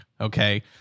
okay